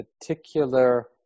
particular